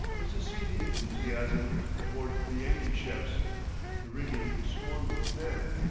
was to see the enthusiasm aboard the yankee ships the rigging swarmed with men,